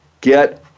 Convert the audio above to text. get